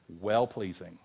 well-pleasing